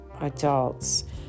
adults